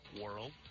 world